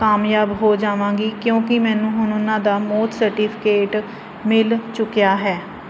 ਕਾਮਯਾਬ ਹੋ ਜਾਵਾਂਗੀ ਕਿਉਂਕਿ ਮੈਨੂੰ ਹੁਣ ਉਹਨਾਂ ਦਾ ਮੌਤ ਸਰਟੀਫਿਕੇਟ ਮਿਲ ਚੁੱਕਿਆ ਹੈ